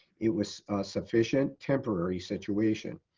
it was a sufficient temporary situation.